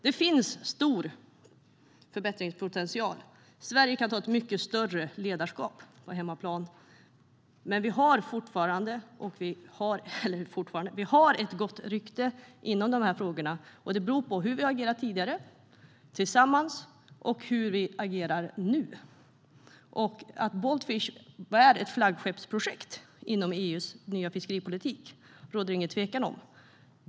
Det finns stor förbättringspotential. Sverige kan inta ett mycket större ledarskap på hemmaplan. Sverige har ett gott rykte i dessa frågor, och det beror på hur vi har agerat tillsammans tidigare och hur vi agerar nu. Att Baltfish är ett flaggskeppsprojekt inom EU:s nya fiskeripolitik råder det inget tvivel om.